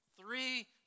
three